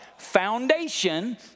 foundation